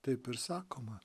taip ir sakoma